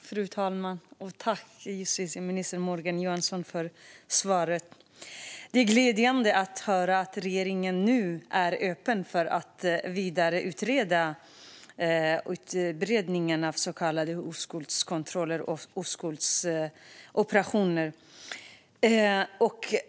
Fru talman! Tack, justitieminister Morgan Johansson, för svaret! Det är glädjande att regeringen nu är öppen för att vidare utreda utbredningen av så kallade oskuldskontroller och oskuldsoperationer.